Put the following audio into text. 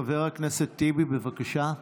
חבר הכנסת טיבי, בבקשה.